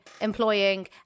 employing